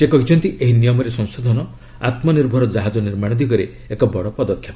ସେ କହିଛନ୍ତି ଏହି ନିୟମରେ ସଂଶୋଧନ ଆତ୍ମନିର୍ଭର ଜାହାଜ ନିର୍ମାଣ ଦିଗରେ ଏକ ବଡ଼ ପଦକ୍ଷେପ